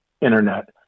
internet